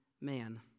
man